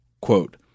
Quote